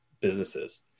businesses